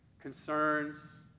concerns